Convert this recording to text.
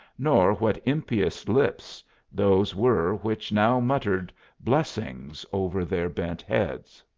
nor what impious lips those were which now muttered blessings over their bent heads.